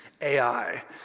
AI